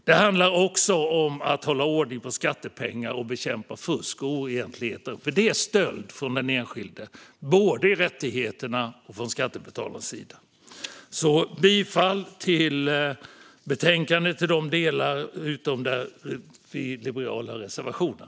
Det handlar också om att hålla ordning på skattepengar och bekämpa fusk och oegentligheter, för detta är stöld både från den enskilde när det gäller rättigheter och från skattebetalarna. Jag yrkar bifall till förslaget i betänkandet utom där vi i Liberalerna har reservationer.